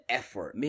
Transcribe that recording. effort